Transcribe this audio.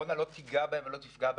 יקרסו.